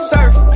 Surf